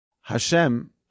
Hashem